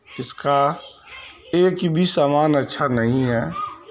اس کا ایک بھی سامان اچھا نہیں ہے